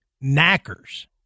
Knackers